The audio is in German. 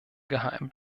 geheim